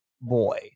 Boy